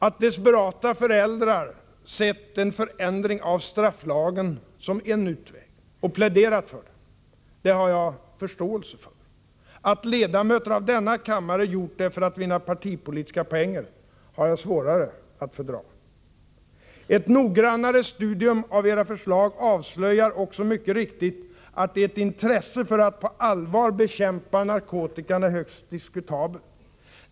Att desperata föräldrar sett en förändring av strafflagen som en utväg, och pläderat för den, har jag förståelse för. Att ledamöter av denna kammare gjort det för att vinna partipolitiska poänger har jag svårare att fördra. Ett noggrannare studium av era förslag avslöjar också mycket riktigt att ert intresse för att på allvar bekämpa narkotikan är högst diskutabelt.